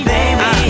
Baby